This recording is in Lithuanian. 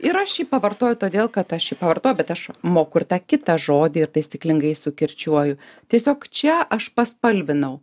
ir aš jį pavartoju todėl kad aš jį pavartoju bet aš moku ir tą kitą žodį ir taisyklingai jį sukirčiuoju tiesiog čia aš paspalvinau